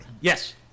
Yes